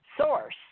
source